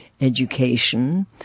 education